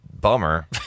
Bummer